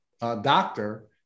doctor